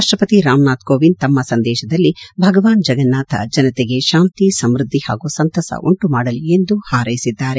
ರಾಷ್ಟಪತಿ ರಾಮನಾಥ್ ಕೋವಿಂದ್ ತಮ್ಮ ಸಂದೇಶದಲ್ಲಿ ಭಗವಾನ್ ಜಗನ್ನಾಥ್ ಜನತೆಗೆ ಶಾಂತಿ ಸಮೃದ್ದಿ ಹಾಗೂ ಸಂತಸ ಉಂಟುಮಾಡಲಿ ಎಂದು ಹಾರೈಸಿದ್ದಾರೆ